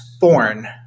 born